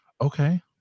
Okay